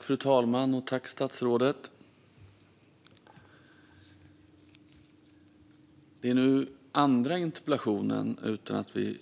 Fru talman! Jag tackar statsrådet för svaret. Det är nu den andra interpellationsdebatten utan att vi